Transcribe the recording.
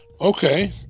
Okay